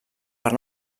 per